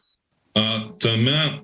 a tame